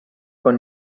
con